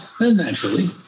naturally